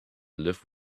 live